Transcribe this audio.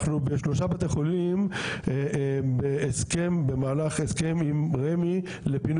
אנחנו בשלושה בתי חולים במהלך הסכם עם רמ"י לפינוי